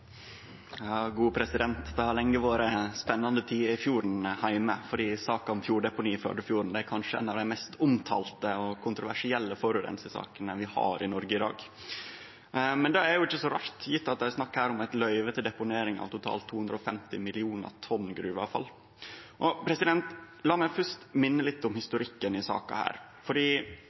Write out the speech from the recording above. kanskje ei av dei mest omtalte og kontroversielle forureiningssakene vi har i Noreg i dag. Og det er ikkje så rart, fordi det her er snakk om eit løyve til deponering av totalt 250 millionar tonn gruveavfall. La meg først minne litt om historikken i saka.